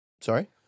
Sorry